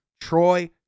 troy